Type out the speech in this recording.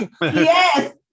Yes